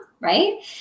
Right